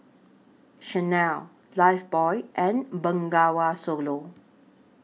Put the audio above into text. Chanel Lifebuoy and Bengawan Solo